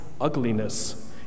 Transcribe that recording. ugliness